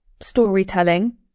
storytelling